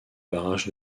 barrage